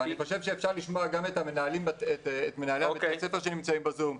ואני חושב שאפשר לשמוע גם את מנהלי בתי הספר שנמצאים בזום,